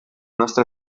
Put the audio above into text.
nostre